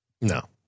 No